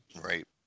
Right